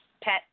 pet